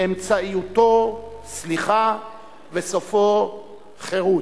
אמצעיתו סליחה וסופו חירות.